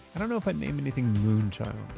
i don't know if i'd name anything moonchild